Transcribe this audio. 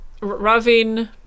Ravin